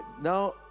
now